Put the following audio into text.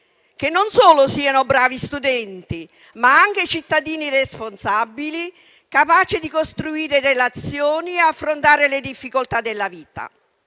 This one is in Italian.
non solo bravi studenti, ma anche cittadini responsabili, capaci di costruire relazioni e affrontare le difficoltà della vita.